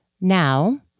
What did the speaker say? Now